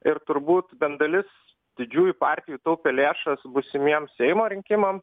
ir turbūt bent dalis didžiųjų partijų taupė lėšas būsimiem seimo rinkimam